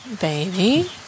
Baby